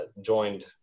joined